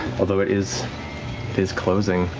although it is is closing.